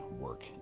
work